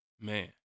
Man